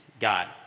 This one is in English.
God